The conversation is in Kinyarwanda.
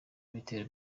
ibitero